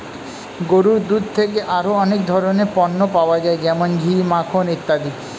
গরুর দুধ থেকে আরো অনেক ধরনের পণ্য পাওয়া যায় যেমন ঘি, মাখন ইত্যাদি